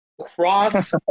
Cross